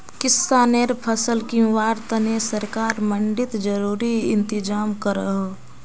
किस्सानेर फसल किंवार तने सरकार मंडित ज़रूरी इंतज़ाम करोह